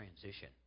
transition